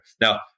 Now